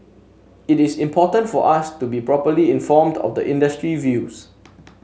it is important for us to be properly informed of the industry views